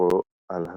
בספרו "על החקלאות".